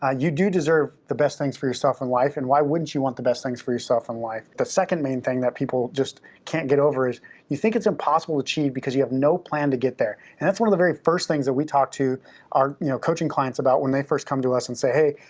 ah you do deserve the best things for yourself in life, and why wouldn't you want the best things for yourself in life? the second main thing that people just can't get over is you think it's impossible to achieve because you have no plan to get there. and that's one of the very first things that we talk to our you know coaching clients about when they first come to us and say, hey,